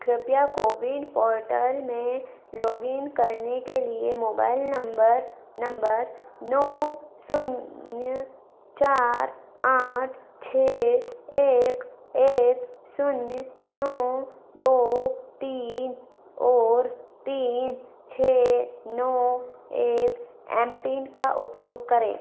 कृपया CoWIN portal में log in करने के लिए मोबाइल नंबर नंबर नौ शून्य चार आठ छः एक एक शून्य नौ दो तीन और तीन छः नौ एक एम पिन का उपयोग करें